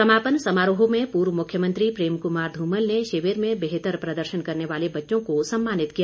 समापन समारोह में पूर्व मुख्यमंत्री प्रेम कुमार धूमल ने शिविर में बेहतर प्रदर्शन करने वाले बच्चों को समानित किया